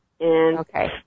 Okay